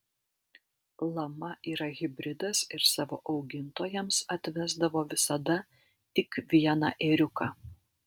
lama yra hibridas ir savo augintojams atvesdavo visada tik vieną ėriuką